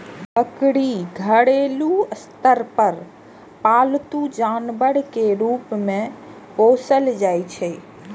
बकरी घरेलू स्तर पर पालतू जानवर के रूप मे पोसल जाइ छै